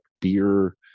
beer